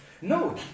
no